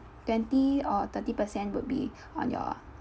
twenty or thirty percent would be on your